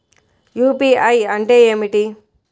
UPI అంటే ఏమిటీ?